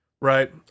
Right